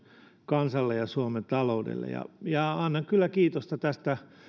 kansalle ja suomen taloudelle ja ja annan kyllä kiitosta